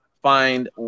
find